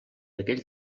aquell